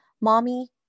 Mommy